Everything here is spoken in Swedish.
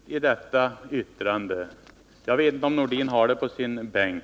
Herr talman! Vad är det som är dunkelt i detta yttrande, herr Nordin? Jag vet inte om herr Nordin har yttrandet på sin bänk.